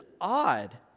odd